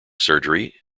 surgery